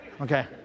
Okay